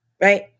right